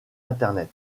internet